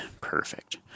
Perfect